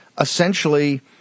Essentially